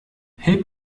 hip